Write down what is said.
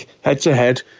head-to-head